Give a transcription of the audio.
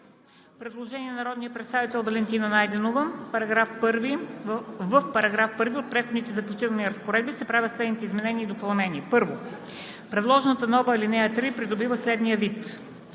предложение на народния представител Валентина Найденова: „§ 1. В § 1 от Преходните и заключителните разпоредби се правят следните изменения и допълнения: 1. Предложената нова ал. 3 придобива следния вид: